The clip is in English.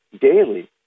daily